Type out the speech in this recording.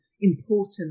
important